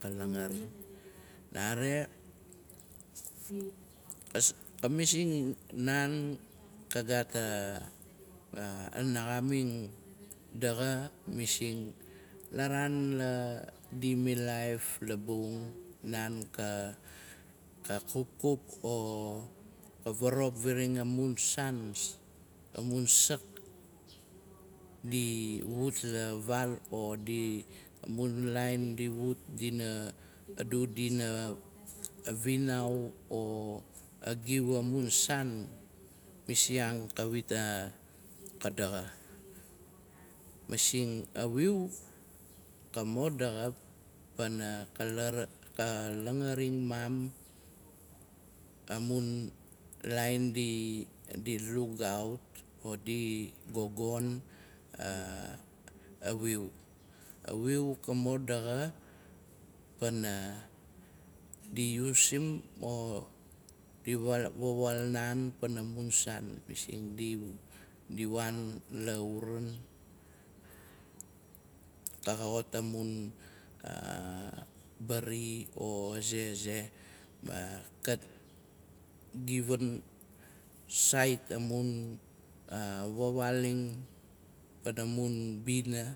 Ka langaring. Nare ka masing naan ka gaat a naxaming daxa, masing la raan la di milaif labung, naan ka kupkup o ka vorop farain amun saan, amun sak di wut la vaal o di amun lain di wut dinaa du dina vinau o giu amu o saan, masing kavit a ka daxa. Masing a wiu o ka mo daxa pana ka langa ring maam, amun lain lugaut o di gogon, a- a wiu. A wiu ka mo daxa, ana di usim o di vawaal naan pana mun saan. Massing di waan lau an. Kaxoxot amun ban, o ze. ze. ma kat giving sait amun va waalina pana mun bina.